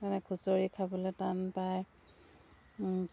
মানে খুচৰি খাবলৈ টান পায়